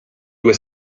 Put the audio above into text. due